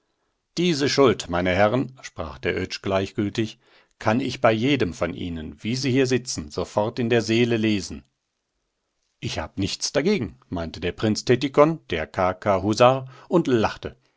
diese schuld meine herren sprach der oetsch gleichgültig kann ich bei jedem von ihnen wie sie hier sitzen sofort in der seele lesen ich hab nichts dagegen meinte der prinz tettikon der k k husar und lachte